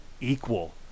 equal